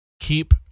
keep